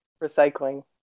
Recycling